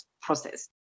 process